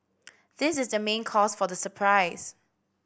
this is the main cause for the surprise